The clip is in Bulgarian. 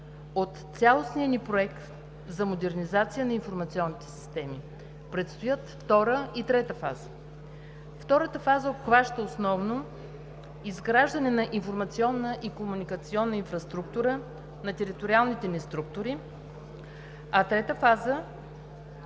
от цялостния ни Проект за модернизация на информационните системи. Предстоят втора и трета фаза. Втората фаза обхваща основно изграждане на информационна и комуникационна инфраструктура на териториалните ни структури, а третата фаза